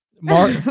Mark